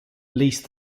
least